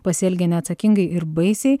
pasielgė neatsakingai ir baisiai